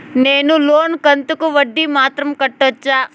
నేను లోను కంతుకు వడ్డీ మాత్రం కట్టొచ్చా?